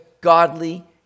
godly